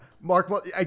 Mark